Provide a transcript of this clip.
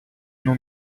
non